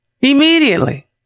Immediately